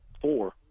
four